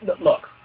Look